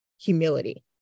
humility